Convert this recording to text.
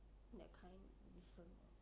that kind different